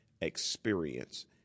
experience